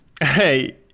Hey